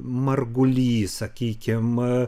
masguly sakykim